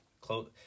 close